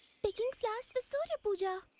picking flowers for surya-puja.